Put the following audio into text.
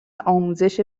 آموزش